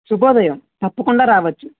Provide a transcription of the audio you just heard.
శుభోదయం తప్పకుండా రావచ్చు